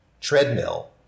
treadmill